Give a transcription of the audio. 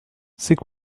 c’est